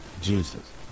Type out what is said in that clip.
Jesus